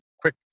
quick